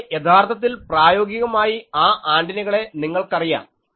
പക്ഷേ യഥാർത്ഥത്തിൽ പ്രായോഗികമായി ആ ആന്റിനകളെ നിങ്ങൾക്കറിയാം